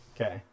Okay